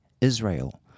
Israel